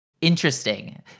interesting